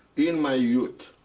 in my youth,